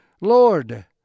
Lord